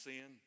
Sin